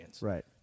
Right